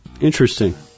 Interesting